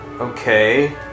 Okay